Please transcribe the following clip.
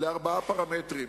מהשכנים.